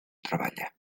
treballa